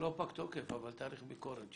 לא פג תוקף אבל תאריך ביקורת.